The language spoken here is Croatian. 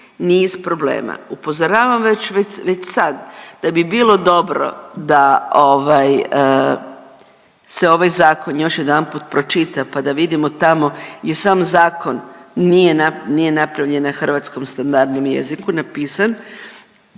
niz problema. Upozoravam već, već, već sad da bi bilo dobro da ovaj se ovaj zakon još jedanput pročita, pa da vidimo tamo i sam zakon nije na…, nije napravljen na hrvatskom standardnom jeziku napisan,